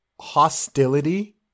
hostility